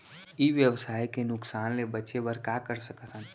ई व्यवसाय के नुक़सान ले बचे बर का कर सकथन?